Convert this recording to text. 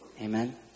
Amen